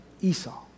Esau